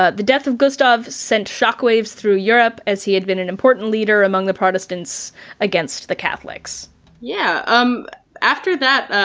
ah the death of gustav sent shockwaves through europe as he had been an important leader among the protestants against the catholics. v yeah. um after that,